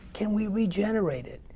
can we regenerate it?